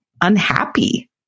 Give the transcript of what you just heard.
unhappy